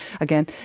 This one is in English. again